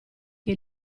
che